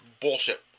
bullshit